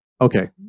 okay